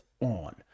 on